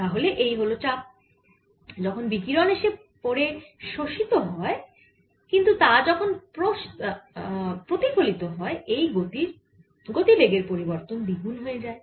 তাহলে এই হল চাপ যখন বিকিরণ এসে পড়ে শোষিত হয় কিন্তু তা যখন প্রতিফলিত হয় এই গতিবেগের পরিবর্তন দ্বিগুন হয়ে যায়